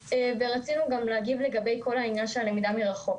רצינו גם להגיב לגבי כל העניין של הלמידה מרחוק.